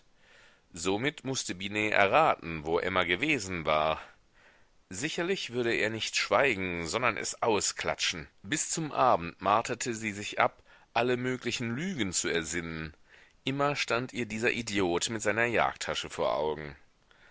somit mußte binet erraten wo emma gewesen war sicherlich würde er nicht schweigen sondern es ausklatschen bis zum abend marterte sie sich ab alle möglichen lügen zu ersinnen immer stand ihr dieser idiot mit seiner jagdtasche vor augen